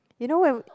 you know when